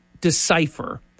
decipher